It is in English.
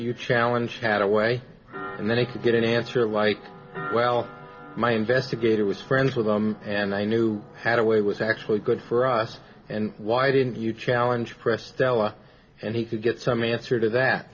you challenge chattaway and then you could get an answer like well my investigator was friends with them and i knew i had a way was actually good for us and why didn't you challenge press stella and he could get some answer to that